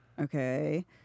Okay